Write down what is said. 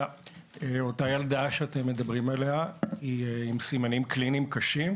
אותה ילדה שאתם מדברים עליה היא עם סימנים קליניים קשים?